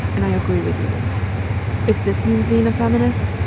and i agree with you. yeah yeah but if this means being a feminist,